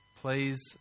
please